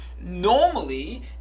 normally